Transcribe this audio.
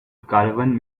caravan